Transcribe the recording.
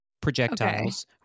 projectiles